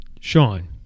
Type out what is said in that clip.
Sean